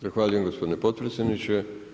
Zahvaljujem gospodine potpredsjedniče.